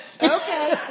Okay